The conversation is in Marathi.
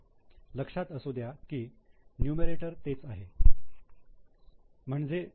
लक्षात असू द्या की न्यूमरेटर तेच आहे म्हणजे पी